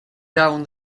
down